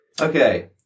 Okay